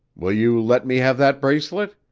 will you let me have that bracelet?